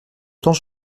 temps